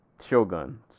Shogun